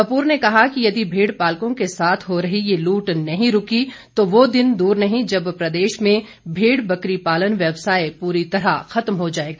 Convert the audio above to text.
कपूर ने कहा कि यदि भेड़ पालकों के साथ हो रही ये लूट नहीं रूकी तो वह दिन दूर नहीं जब प्रदेश में भेड़ बकरी पालन व्यवसाय पूरी तरह खत्म हो जाएगा